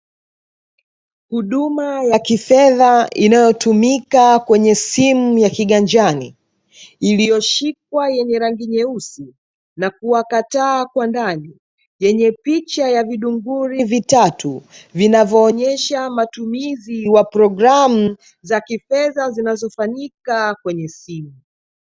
Huduma ya kifedha inayotumika kwenye simu ya kiganjani, iliyoshikwa yenye rangi nyeusi, na kuwaka taa kwa ndani yenye picha ya vidunguri vitatu, vinavyoonesha matumizi ya programu za kifedha zinazofanyika kwenye simu.